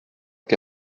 que